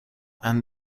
and